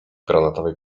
granatowej